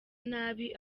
nabi